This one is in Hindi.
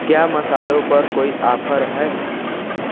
क्या मसालों पर कोई ऑफर हैं